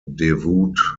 devout